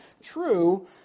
true